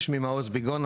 שמי מעוז ביגון.